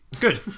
good